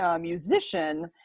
musician